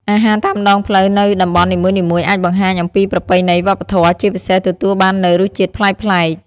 អាហារតាមដងផ្លូវនៅតំបន់នីមួយៗអាចបង្ហាញអំពីប្រពៃណី វប្បធម៌ ជាពិសេសទទួលបាននូវរសជាតិប្លែកៗ។